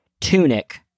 Tunic